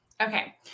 Okay